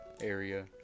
area